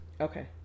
okay